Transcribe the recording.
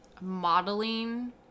modeling